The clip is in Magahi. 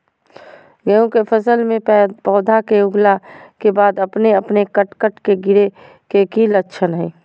गेहूं के फसल में पौधा के उगला के बाद अपने अपने कट कट के गिरे के की लक्षण हय?